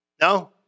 No